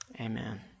Amen